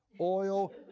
Oil